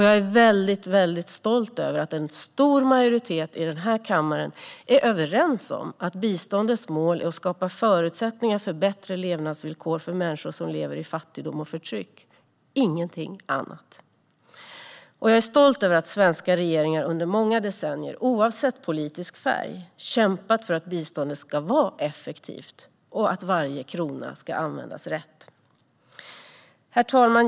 Jag är väldigt stolt över att en stor majoritet i denna kammare är överens om att biståndets mål ska vara att skapa förutsättningar för bättre levnadsvillkor för människor som lever i fattigdom och förtryck - ingenting annat. Jag är också stolt över att svenska regeringar under många decennier, oavsett politisk färg, har kämpat för att biståndet ska vara effektivt och att varje krona ska användas rätt. Herr talman!